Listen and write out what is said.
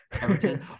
Everton